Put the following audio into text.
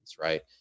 right